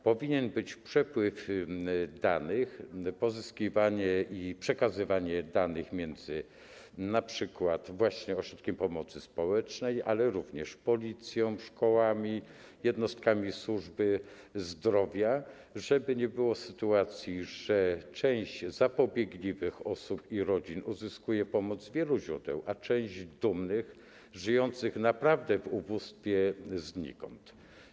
Powinien być przepływ danych, pozyskiwanie i przekazywanie danych między np. właśnie ośrodkami pomocy społecznej, ale również Policją, szkołami, jednostkami służby zdrowia, żeby nie było sytuacji, że część zapobiegliwych osób i rodzin uzyskuje pomoc z wielu źródeł, a część dumnych, żyjących naprawdę w ubóstwie - znikąd.